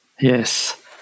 Yes